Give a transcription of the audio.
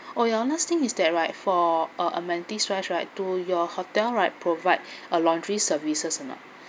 oh ya another thing is that right for uh amenities wise right do your hotel right provide a laundry services or not